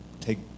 take